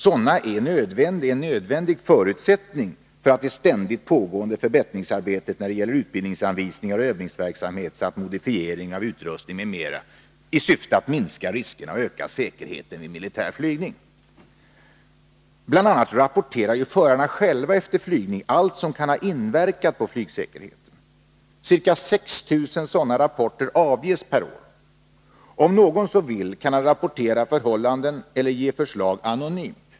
Sådana är en nödvändig förutsättning för det ständigt pågående förbättringsarbetet när det gäller utbildningsanvisningar och övningsverksamhet samt modifiering av utrustning m.m. i syfte att minska riskerna och öka säkerheten vid militär flygning. Bl. a. rapporterar förarna själva efter flygning allt som kan ha inverkat på flygsäkerheten. Ca 6 000 sådana rapporter avges per år. Om någon så vill kan han rapportera förhållanden eller ge förslag anonymt.